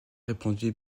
répondit